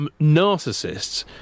narcissists